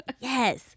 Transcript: yes